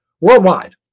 worldwide